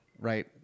right